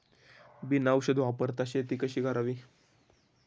बिना औषध वापरता शेती कशी करावी?